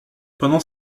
pendant